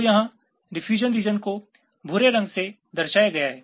तो यहाँ diffusion region को भूरे रंगे से दर्शाया गया है